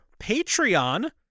Patreon